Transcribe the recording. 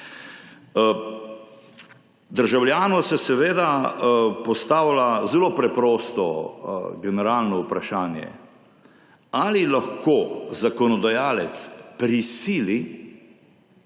Državljanom se seveda postavlja zelo preprosto generalno vprašanje, ali lahko zakonodajalec prisili